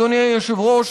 אדוני היושב-ראש,